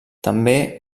també